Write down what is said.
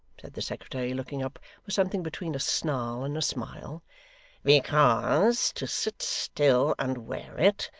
said the secretary, looking up with something between a snarl and a smile because to sit still and wear it,